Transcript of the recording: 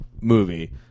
movie